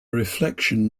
reflection